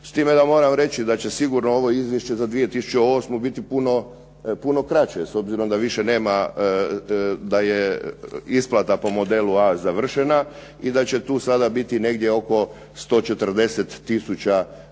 s time da moram reći da će sigurno ovo izvješće za 2008. biti puno kraće. S obzirom da je isplata po modelu A završena i da će tu sada biti negdje oko 140 tisuća